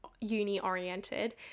uni-oriented